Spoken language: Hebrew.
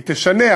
היא תשנה.